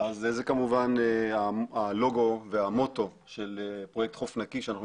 אז זה כמובן הלוגו והמוטו של פרויקט "חוף נקי" שאנחנו